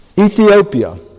Ethiopia